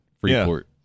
Freeport